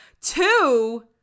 Two